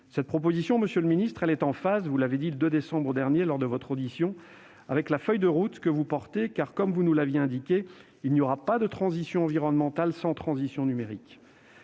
Cette proposition de loi, monsieur le secrétaire d'État, est en phase, vous l'avez dit le 2 décembre dernier lors de votre audition, avec la feuille de route que vous portez, car, comme vous nous l'avez indiqué, « il n'y aura pas de transition environnementale sans transition numérique